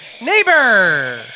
Neighbor